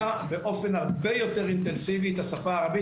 באופן הרבה יותר אינטנסיבי את השפה הערבית.